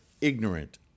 ignorant